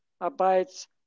abides